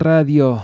Radio